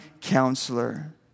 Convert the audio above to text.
counselor